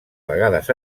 vegades